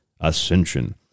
ascension